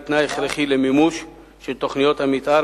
היא תנאי הכרחי למימוש של תוכניות המיתאר